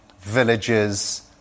villages